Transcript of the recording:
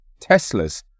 Teslas